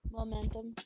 Momentum